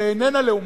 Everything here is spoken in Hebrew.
שאיננה לעומתית,